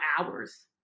hours